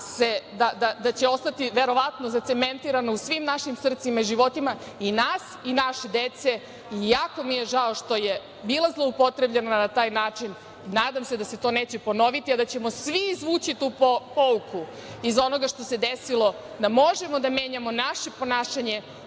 da će ostati verovatno zacementirano u svim našim srcima i životima i nas i naše dece. Jako mi je žao što je bila zloupotrebljena na taj način, nadam se da se to neće ponoviti, a da ćemo svi izvući tu pouku iz onoga što se desilo, da možemo da menjamo naše ponašanje